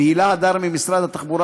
ולהילה הדר ממשרד התחבורה,